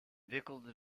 wikkelde